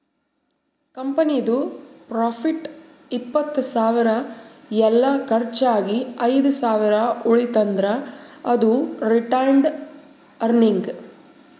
ಕಂಪನಿದು ಪ್ರಾಫಿಟ್ ಇಪ್ಪತ್ತ್ ಸಾವಿರ ಎಲ್ಲಾ ಕರ್ಚ್ ಆಗಿ ಐದ್ ಸಾವಿರ ಉಳಿತಂದ್ರ್ ಅದು ರಿಟೈನ್ಡ್ ಅರ್ನಿಂಗ್